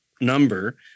number